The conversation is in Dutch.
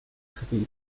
gebied